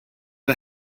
are